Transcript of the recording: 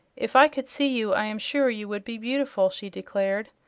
if i could see you i am sure you would be beautiful, she declared.